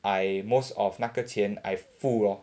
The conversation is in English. I most of 那个钱 I 付 lor